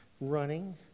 running